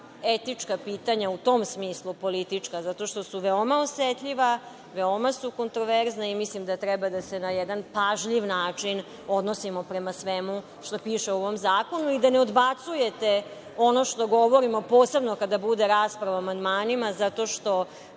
etička pitanja u tom smislu politička, zato što su veoma osetljiva, veoma su kontraverzna i mislim da treba da se na jedan pažljiv način odnosimo prema svemu što piše u ovom zakonu i da ne odbacujete ono što govorimo, posebno kada bude rasprava o amandmanima, zato što